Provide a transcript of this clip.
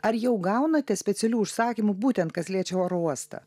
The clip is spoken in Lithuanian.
ar jau gaunate specialių užsakymų būtent kas liečia oro uostą